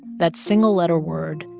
that single-letter word,